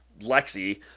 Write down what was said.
Lexi